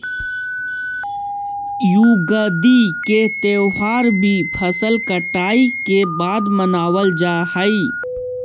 युगादि के त्यौहार भी फसल कटाई के बाद मनावल जा हइ